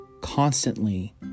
constantly